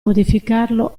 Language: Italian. modificarlo